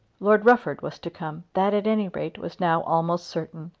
lord rufford was to come. that at any rate was now almost certain.